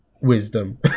wisdom